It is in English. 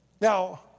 Now